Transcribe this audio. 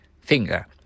finger